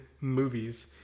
movies